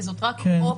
וזאת רק אופציה.